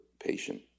patient